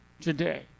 today